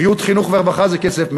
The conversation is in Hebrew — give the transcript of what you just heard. בריאות, חינוך ורווחה זה כסף.